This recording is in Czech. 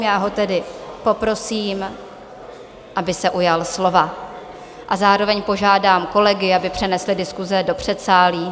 Já ho tedy poprosím, aby se ujal slova, a zároveň požádám kolegy, aby přenesli diskuse do předsálí.